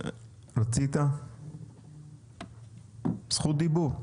רצית זכות דיבור?